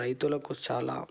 రైతులకు చాలా